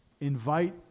invite